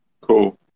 Cool